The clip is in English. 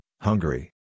Hungary